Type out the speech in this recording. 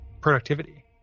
productivity